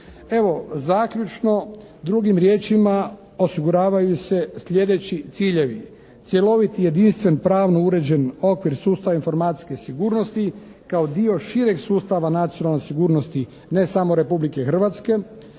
Evo zaključno drugim riječima osiguravaju se sljedeći ciljevi: cjelovit i jedinstven pravno uređen okvir, sustav informacijske sigurnosti kao dio šireg sustava nacionalne sigurnosti ne samo Republike Hrvatske.